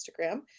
Instagram